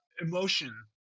emotion